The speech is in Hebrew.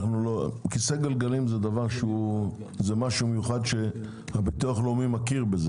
כיסא גלגלים זה משהו מיוחד שהביטוח הלאומי מכיר בו.